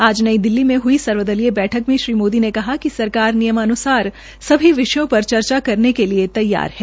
आज नई दिल्ली में हई सर्वदलीय बैठक में श्री मोदी ने कहा कि सरकार नियमान्सार सभी विषयों पर चर्चा करने के लिए तैयार है